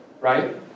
right